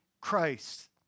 Christ